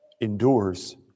endures